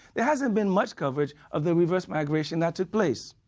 there hasn't been much coverage of the reverse migration that took place.